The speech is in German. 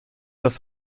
aus